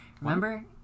Remember